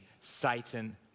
Satan